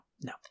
no